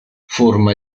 forma